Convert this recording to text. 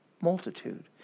Multitude